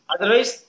Otherwise